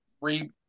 re-